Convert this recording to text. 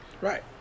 Right